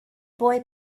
boy